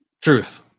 Truth